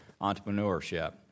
entrepreneurship